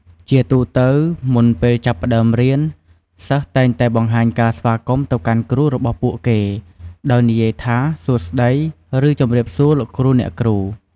ជាទូទៅ មុនពេលចាប់ផ្ដើមរៀន សិស្សតែងតែបង្ហាញការស្វាគមន៍ទៅកាន់គ្រូរបស់ពួកគេ ដោយនិយាយថា សួស្ដី ឬ ជម្រាបសួរ លោកគ្រូ អ្នកគ្រូ។